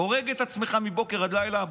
הורג את עצמך מבוקר עד לילה,